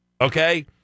Okay